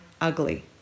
ugly